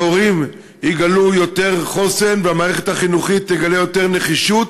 שההורים יגלו יותר חוסן והמערכת החינוכית תגלה יותר נחישות,